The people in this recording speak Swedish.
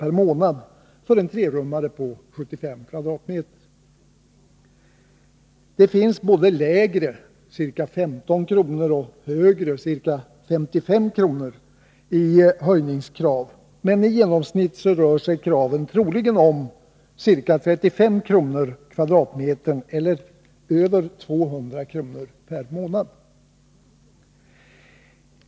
per månad för en trerummare på 75 m?. Det finns både lägre — ca 15 kr. — och högre — ca 55 kr. — höjningskrav, men i genomsnitt rör sig kraven troligen om ca 35 kr. per kvadratmeter eller över 200 kr. per månad.